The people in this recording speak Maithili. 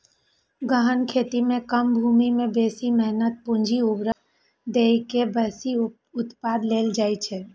गहन खेती मे कम भूमि मे बेसी मेहनत, पूंजी, उर्वरक दए के बेसी उत्पादन लेल जाइ छै